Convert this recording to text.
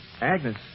Agnes